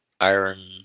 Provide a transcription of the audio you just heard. iron